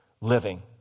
living